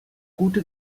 gute